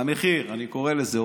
"המחיר" אני קורא לזה,